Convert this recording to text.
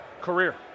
career